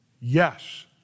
Yes